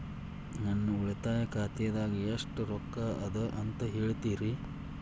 ನನ್ನ ಉಳಿತಾಯ ಖಾತಾದಾಗ ಎಷ್ಟ ರೊಕ್ಕ ಅದ ಅಂತ ಹೇಳ್ತೇರಿ?